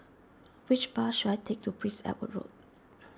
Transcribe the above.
which bus should I take to Prince Edward Road